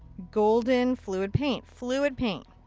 golden fluid paint. fluid paint.